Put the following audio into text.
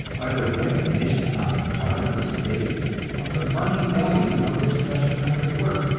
by the recognition on the part of the state of the money value of their special kind of work,